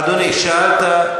אדוני, שאלת.